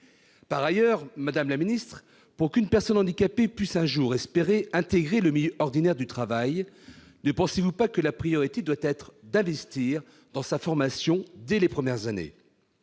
Par ailleurs, madame la secrétaire d'État, pour qu'une personne handicapée puisse un jour espérer intégrer le milieu du travail ordinaire, ne pensez-vous pas que la priorité doit être d'investir dans sa formation dès les premières années ?